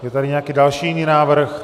Je tady nějaký další, jiný návrh?